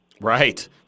Right